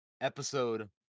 episode